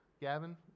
Gavin